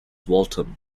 waltham